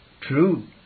true